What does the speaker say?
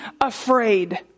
afraid